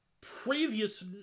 previous